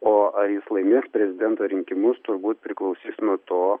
o ar jis laimės prezidento rinkimus turbūt priklausys nuo to